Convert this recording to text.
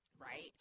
Right